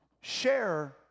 Share